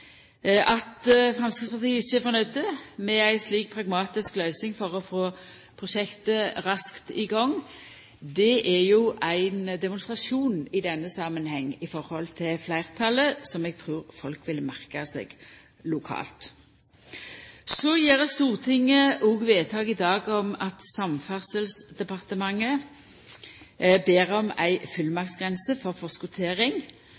At Framstegspartiet ikkje er nøgd med ei slik pragmatisk løysing for å få prosjektet raskt i gang, er ein demonstrasjon i denne samanhengen i forhold til fleirtalet, som eg trur folk vil merka seg lokalt. Stortinget gjer i dag vedtak om at Samferdselsdepartementet